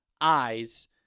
eyes